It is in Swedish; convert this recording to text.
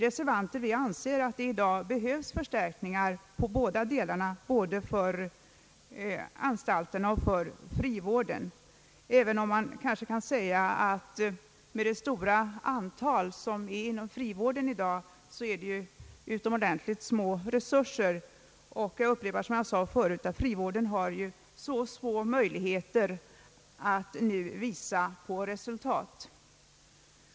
Reservanterna anser att det i dag behövs förstärkningar både för anstalterna och för frivården. Det är dock ett faktum att särskilt frivården med det stora antal personer som där måste tas om hand i dag har utomordentligt små resurser. Jag upprepar vad jag sade tidigare att frivården har så små möjligheter att nu åstadkomma goda resultat.